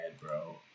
bro